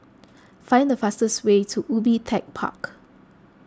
find the fastest way to Ubi Tech Park